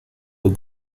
were